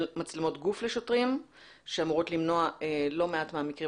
מצלמות גוף לשוטרים שאמורות למנוע לא מעט מהמקרים